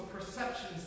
perceptions